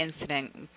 incident